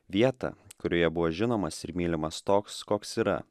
vietą kurioje buvo žinomas ir mylimas toks koks yra